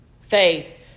Faith